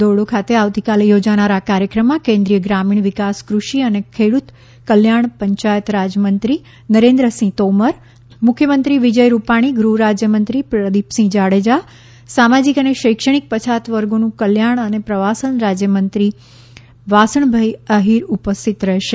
ધોરડો ખાતે આવતીકાલે યોજાનાર આ કાર્યક્રમમાં કેન્દ્રીય ગ્રામિણ વિકાસ કૃષિ અને ખેડૂત કલ્યાણ પંચાયત રાજમંત્રીશ્રી નરેન્દ્રસિંહ તોમર મુખ્યમંત્રી વિજય રૂપાણી ગૃહરાજયમંત્રી પ્રદીપસિંહ જાડેજા સામાજીક અને શૈક્ષણિક પછાત વર્ગોનુ કલ્યાણ અને પ્રવાસન રાજયમંત્રીશ્રી વાસણભાઇ આહિર ઉપસ્થિત રહેશે